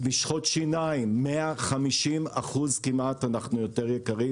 במשחות שיניים אנחנו יותר יקרים